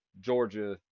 Georgia